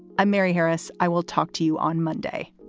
i'm mary harris. i will talk to you on monday